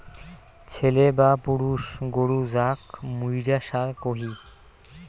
ছেলে বা পুরুষ গরু যাক মুইরা ষাঁড় কহি